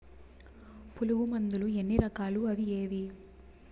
పులుగు మందులు ఎన్ని రకాలు అవి ఏవి?